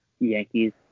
Yankees